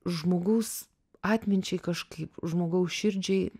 žmogaus atminčiai kažkaip žmogaus širdžiai